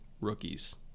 rookies